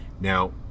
Now